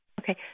Okay